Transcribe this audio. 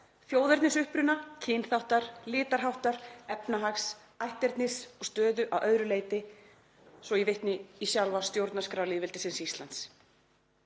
þjóðernisuppruna, kynþáttar, litarháttar, efnahags, ætternis og stöðu að öðru leyti“, svo ég vitni í sjálfa stjórnarskrá lýðveldisins Íslands.